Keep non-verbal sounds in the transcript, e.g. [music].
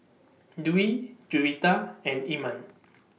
Dwi Juwita and Iman [noise]